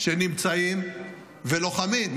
שנמצאים ולוחמים,